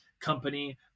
company